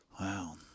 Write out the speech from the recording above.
Wow